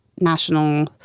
national